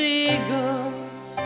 eagles